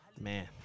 man